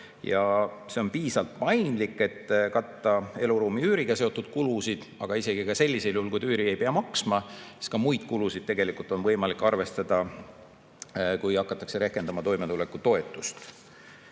ja see on piisavalt paindlik, et katta eluruumi üüriga seotud kulusid. Aga isegi sellisel juhul, kui üüri ei pea maksma, on ka muid kulusid võimalik arvestada, kui hakatakse rehkendama toimetulekutoetust. Väga